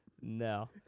No